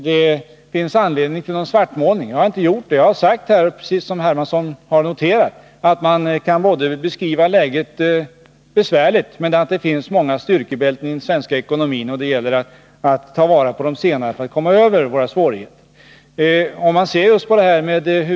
Hermansson, inte anledning till någon svartmålning. Jag har inte heller gjort någon sådan. Jag har, precis som herr Hermansson har noterat, sagt att man kan beskriva läget som besvärligt men att det finns många styrkebälten i den svenska ekonomin. Det gäller att ta vara på de senare för att komma över våra svårigheter.